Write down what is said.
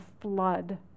flood